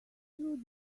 through